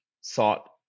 sought